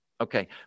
Okay